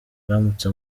aramutse